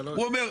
הוא אומר,